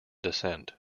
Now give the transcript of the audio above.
descent